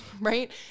right